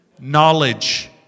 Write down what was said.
Knowledge